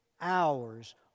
hours